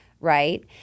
right